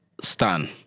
Stan